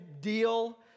deal